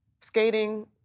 skating